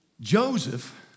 Joseph